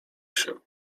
się